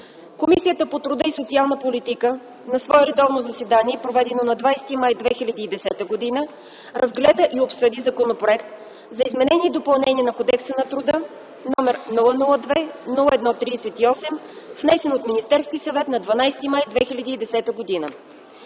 Комисията по труда и социалната политика на свое редовно заседание, проведено на 20 май 2010 г., разгледа и обсъди Законопроект за изменение и допълнение на Кодекса на труда, № 002-01-38, внесен от Министерски съвет на 12 май 2010 г.